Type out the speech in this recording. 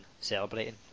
celebrating